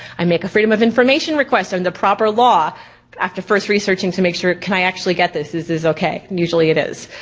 i make a freedom of information request and the proper law after first researching to make sure can i actually get this, is this okay. and usually it is.